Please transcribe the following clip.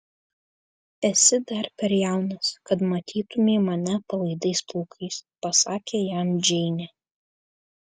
esi dar per jaunas kad matytumei mane palaidais plaukais pasakė jam džeinė